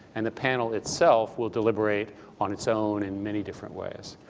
and the panel itself will deliberate on its own in many different ways.